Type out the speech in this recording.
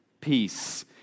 Peace